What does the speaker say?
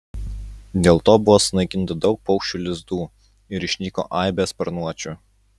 dėl to buvo sunaikinta daug paukščių lizdų ir išnyko aibės sparnuočių